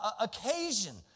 occasion